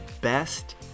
best